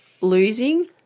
losing